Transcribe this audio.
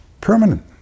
permanent